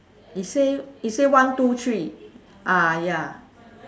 it say it say one two three ah ya